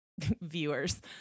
viewers